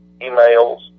emails